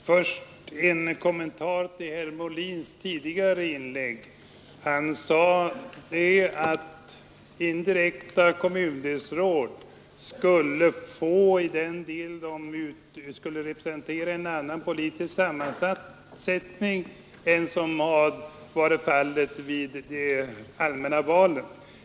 Herr talman! Först en kommentar till herr Molins tidigare inlägg. Han sade att indirekta kommundelsråd skulle representera en annan politisk sammansättning än som kommit till uttryck vid de allmänna valen.